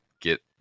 get